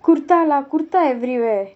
kurta lah kurta everywhere